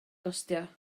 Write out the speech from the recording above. gostio